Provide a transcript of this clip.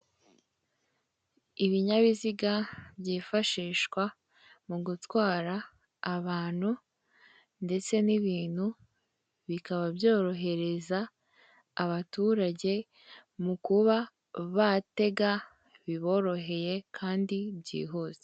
Ibinyabiziga byifashishwa mu gutwara abantu ndetse n'ibintu, bikaba byorohereza abaturage mu kuba batega biboroheye kandi byihuse.